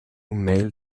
male